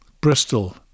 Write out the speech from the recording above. Bristol